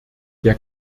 der